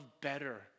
better